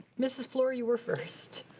mrs. fluor, you were first.